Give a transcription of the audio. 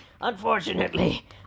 unfortunately